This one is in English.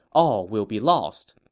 all will be lost.